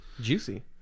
Juicy